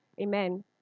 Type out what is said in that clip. amen